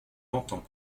entend